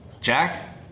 Jack